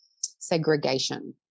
segregation